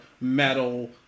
metal